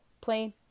plain